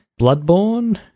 Bloodborne